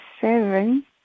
seven